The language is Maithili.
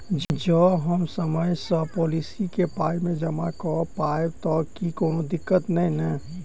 जँ हम समय सअ पोलिसी केँ पाई नै जमा कऽ पायब तऽ की कोनो दिक्कत नै नै?